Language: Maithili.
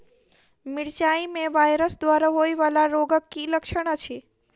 मिरचाई मे वायरस द्वारा होइ वला रोगक की लक्षण अछि?